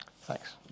Thanks